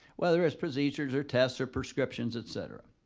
whether it's procedures or tests or prescriptions, et cetera.